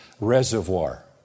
reservoir